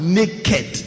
naked